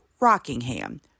Rockingham